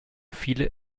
viele